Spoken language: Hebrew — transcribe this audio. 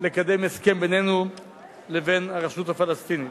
לקדם הסכם בינינו לבין הרשות הפלסטינית.